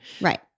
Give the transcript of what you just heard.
Right